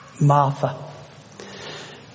Martha